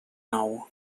nou